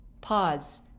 pause